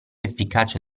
efficacia